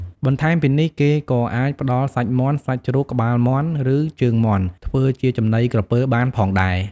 បន្ថែមពីនេះ គេក៏អាចផ្តល់សាច់មាន់ សាច់ជ្រូក ក្បាលមាន់ ឬជើងមាន់ ធ្វើជាចំណីក្រពើបានផងដែរ។